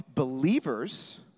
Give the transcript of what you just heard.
believers